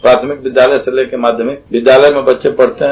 प्राथमिक विद्यालय से लेकर माध्ययिमक विद्यालय में बच्चे पढत है